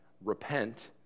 Repent